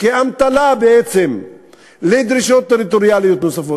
כאמתלה לדרישות טריטוריאליות נוספות,